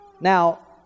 Now